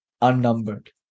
unnumbered